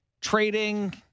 trading